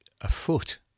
afoot